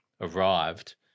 arrived